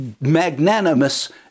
magnanimous